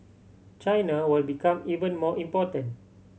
China will become even more important